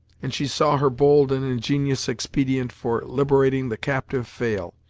and she saw her bold and ingenious expedient for liberating the captive fail,